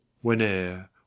Whene'er